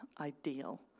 ideal